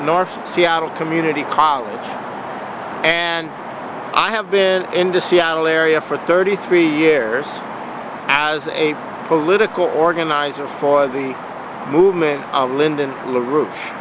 north seattle community college and i have been in the seattle area for thirty three years as a political organizer for the movement of lyndon